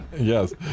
yes